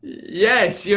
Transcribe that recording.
yes, yeah